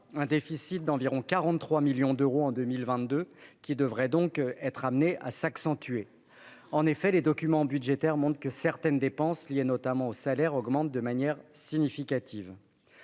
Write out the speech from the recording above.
un déficit d'environ 43 millions d'euros en 2022 ; celui-ci devrait donc s'accentuer. En effet, les documents budgétaires montrent que certaines dépenses, liées notamment aux salaires, augmentent de manière significative.